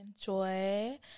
enjoy